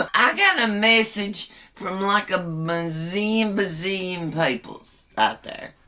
um i got and a message from like a bazillion bazillion people out there.